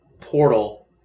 portal